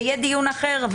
ויהיה דיון אחר,